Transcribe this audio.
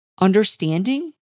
understanding